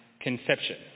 conception